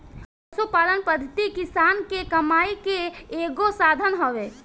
पशुपालन पद्धति किसान के कमाई के एगो साधन हवे